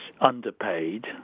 underpaid